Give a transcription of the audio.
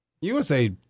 USA